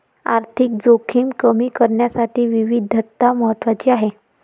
आर्थिक जोखीम कमी करण्यासाठी विविधता महत्वाची आहे